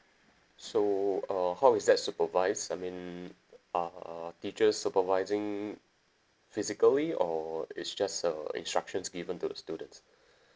so uh how is that supervise I mean uh teacher supervising physically or it's just uh instructions given to the students